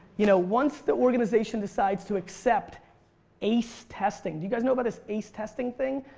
you know once the organization decides to accept ace testing, do you guys know but this ace testing thing?